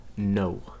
no